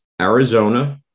Arizona